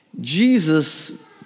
Jesus